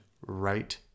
right